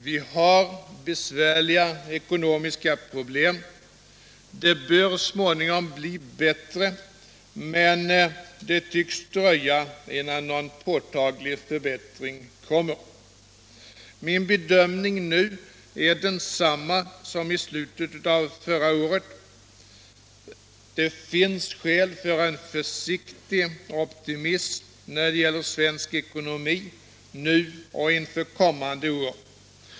Vi har besvärliga ekonomiska problem — det bör småningom bli bättre, men det tycks dröja innan någon påtaglig förbättring kommer. Min bedömning i dag är densamma som i slutet av förra året: Det finns skäl för en försiktig optimism när det gäller svensk ekonomi nu och för kommande år.